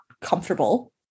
comfortable